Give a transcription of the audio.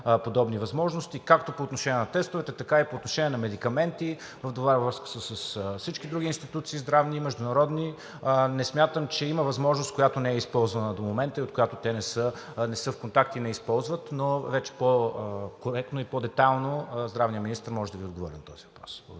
подобни възможности както по отношение на тестовете, така и по отношение на медикаменти – това е във връзка с всички други международни здравни институции. Не смятам, че има възможност, която не е използвана до момента, за която те не са в контакт и не използват, но вече по-коректно и по-детайлно здравният министър може да Ви отговори на този въпрос.